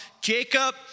Jacob